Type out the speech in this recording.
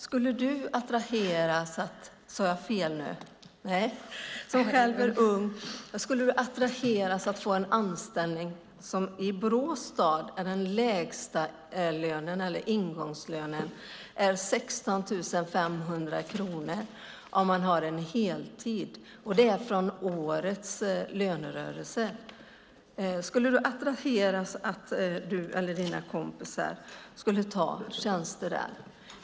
Skulle du attraheras av en anställning i Borås stad där ingångslönen är 16 500 kronor om man har en heltid? Och det är från årets lönerörelse. Skulle du eller dina kompisar ta tjänster där?